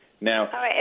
Now